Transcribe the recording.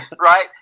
right